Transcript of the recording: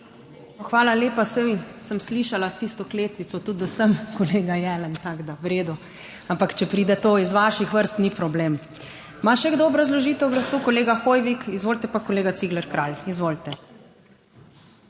Hvala lepa. Saj, sem slišala tisto kletvico tudi do sem, kolega Jelen, tako da, v redu, ampak če pride to iz vaših vrst, ni problem. Ima še kdo obrazložitev glasu? (Da.) Kolega Hoivik, izvolite, pa kolega Cigler Kralj, izvolite.